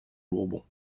bourbon